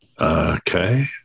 Okay